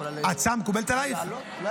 ההצעה מקובלת עליך?